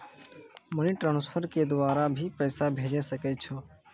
Money transfer के द्वारा भी पैसा भेजै सकै छौ?